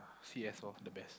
C_S orh the best